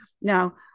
Now